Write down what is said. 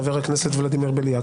חבר הכנסת ולדימיר בליאק,